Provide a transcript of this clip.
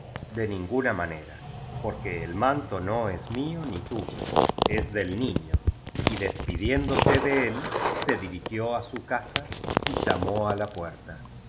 de ninguna manera porque el manto no es mío ni tuyo es del niñoy despidiéndose de él se dirigió á su casa y llamó á la puerta